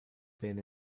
been